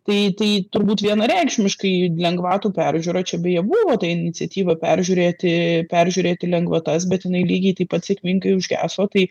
tai tai turbūt vienareikšmiškai lengvatų peržiūra čia beje buvo ta iniciatyva peržiūrėti peržiūrėti lengvatas bet jinai lygiai taip pat sėkmingai užgeso tai